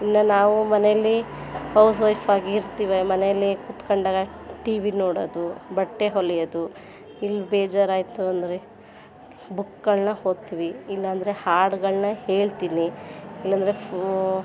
ಇನ್ನೂ ನಾವು ಮನೆಯಲ್ಲಿ ಹೌಸ್ ವೈಫಾಗಿ ಇರ್ತೀವಿ ಮನೆಯಲ್ಲೇ ಕೂತ್ಕೊಂಡಾಗ ಟಿವಿ ನೋಡೋದು ಬಟ್ಟೆ ಹೊಲೆಯೋದು ಇಲ್ಲಿ ಬೇಜಾರಾಯಿತು ಅಂದರೆ ಬುಕ್ಗಳನ್ನ ಓದ್ತೀವಿ ಇಲ್ಲ ಅಂದರೆ ಹಾಡುಗಳ್ನ ಹೇಳ್ತೀನಿ ಇಲ್ಲ ಅಂದರೆ ಫೋ